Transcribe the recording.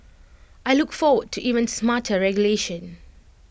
I look forward to even smarter regulation